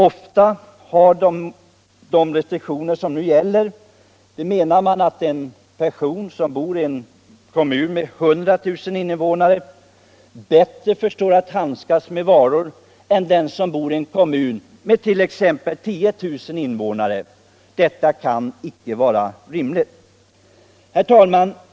Ofta har enligt de restriktioner som nu gäller, menar man, en person som bor i en kommun med 100 000 invånare bättre förstånd att handskas med varorna än den som bor i en kommun med t.ex. 10 000 invånare. Detta kan icke vara riktigt. Herr talman!